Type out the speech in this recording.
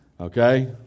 Okay